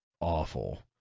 awful